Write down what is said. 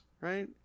right